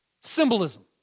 Symbolism